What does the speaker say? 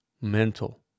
mental